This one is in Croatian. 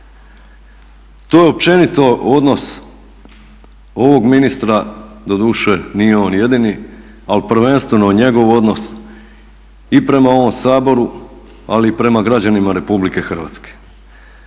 To je općenito odnos ovog ministra, doduše nije on jedini, ali prvenstveno njegov odnos i prema ovom Saboru ali i prema građanima RH. A navest